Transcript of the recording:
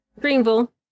Greenville